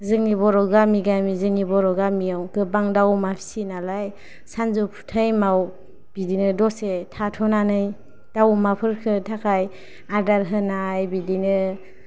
जोंनि बर' गामि गामि जोंनि बर' गामिआवथ' गोबां दाउ अमा फियो नालाय सानजौफु टाइमाव बिदिनो दसे थाथ'नानै दाव अमाफोरनि थाखाय आदार होनाय बिदिनो